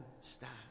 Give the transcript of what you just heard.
stand